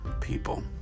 people